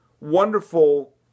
wonderful